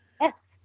Yes